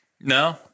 No